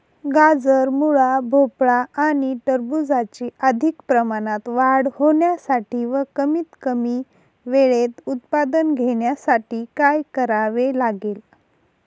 गाजर, मुळा, भोपळा आणि टरबूजाची अधिक प्रमाणात वाढ होण्यासाठी व कमीत कमी वेळेत उत्पादन घेण्यासाठी काय करावे लागेल?